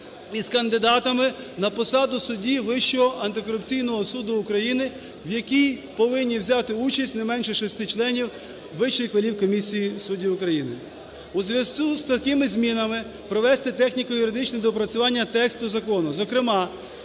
із кандидатами на посаду судді Вищого антикорупційного суду України, в якій повинні взяти участь не менше 6 членів Вищої кваліфкомісії суддів України". У зв'язку з такими змінами провести техніко-юридичні доопрацювання тексту закону, зокрема: